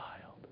child